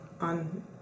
on